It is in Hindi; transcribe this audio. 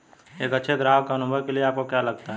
एक अच्छे ग्राहक अनुभव के लिए आपको क्या लगता है?